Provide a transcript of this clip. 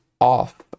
off